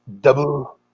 double